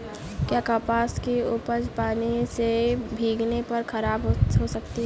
क्या कपास की उपज पानी से भीगने पर खराब हो सकती है?